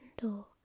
door